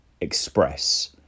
express